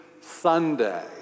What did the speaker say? Sunday